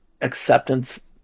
acceptance